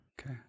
Okay